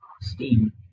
steam